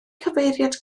cyfeiriad